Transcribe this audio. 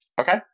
Okay